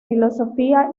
filosofía